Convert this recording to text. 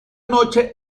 noche